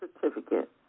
certificate